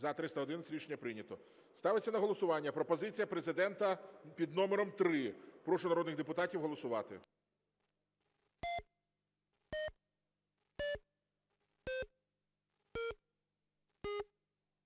За-311 Рішення прийнято. Ставиться на голосування пропозиція Президента під номером 3. Прошу народних депутатів голосувати.